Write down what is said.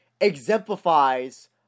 exemplifies